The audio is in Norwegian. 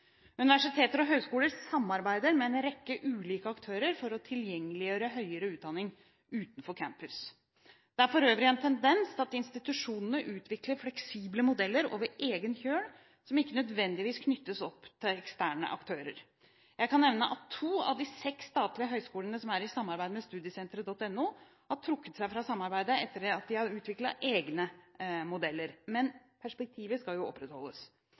Universiteter og høyskoler samarbeider med en rekke ulike aktører for å tilgjengeliggjøre høyere utdanning utenfor campus. Det er for øvrig en tendens til at institusjonene utvikler fleksible modeller over egen kjøl som ikke nødvendigvis knyttes opp til eksterne aktører. Jeg kan nevne at to av de seks statlige høyskolene som samarbeidet med Studiesenteret.no, har trukket seg fra samarbeidet etter at de har utviklet egne modeller. Men perspektivet skal opprettholdes.